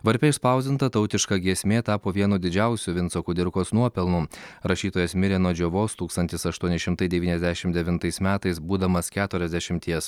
varpe išspausdinta tautiška giesmė tapo vienu didžiausiu vinco kudirkos nuopelnu rašytojas mirė nuo džiovos tūkstantis aštuoni šimtai devyniasdešim devintais metais būdamas keturiasdešimties